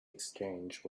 exchange